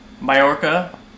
Majorca